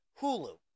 Hulu